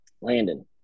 Landon